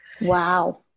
Wow